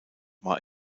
war